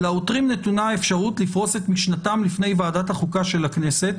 לעותרים נתונה האפשרות לפרוס את משנתם לפני ועדת החוקה של הכנסת,